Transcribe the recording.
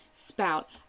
spout